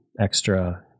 extra